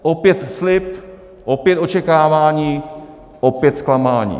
Opět slib, opět očekávání, opět zklamání.